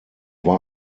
war